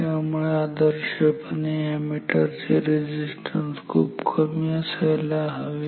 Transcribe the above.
त्यामुळे आदर्शपणे एका अॅमीटर चे रेझिस्टन्स खूप कमी असायला हवे